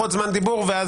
דיבור.